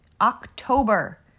October